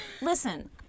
Listen